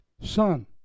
son